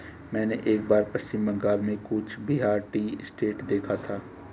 मैंने एक बार पश्चिम बंगाल में कूच बिहार टी एस्टेट देखा था